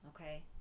Okay